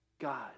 God